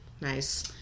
nice